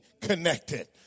connected